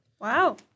Wow